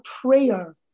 prayer